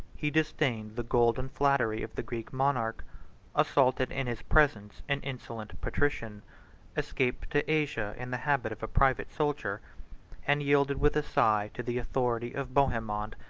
he disdained the gold and flattery of the greek monarch assaulted in his presence an insolent patrician escaped to asia in the habit of a private soldier and yielded with a sigh to the authority of bohemond,